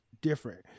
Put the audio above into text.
different